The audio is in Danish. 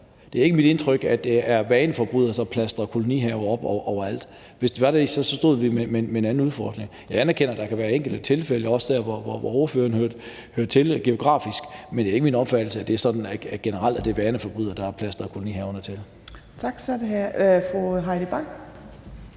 Det er ikke mit indtryk, at det er vaneforbrydere, der fylder kolonihaver op overalt. Hvis det var det, stod vi med en anden udfordring. Jeg anerkender, at der kan være enkelte tilfælde, også der, hvor ordføreren hører til geografisk, men det er ikke min opfattelse, at det generelt er vaneforbrydere, der fylder kolonihaverne op. Kl. 15:10 Tredje